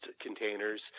containers